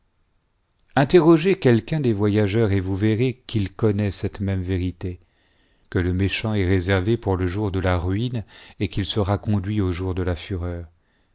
interrogez quelqu'un des voyageurs et vous verrez qu'il connaît cette même que le méchant est réservé pour le jour de la ruine et qu'il sera conduit au jour de la fureur